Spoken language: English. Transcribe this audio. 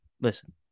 Listen